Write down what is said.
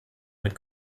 mit